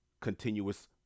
Continuous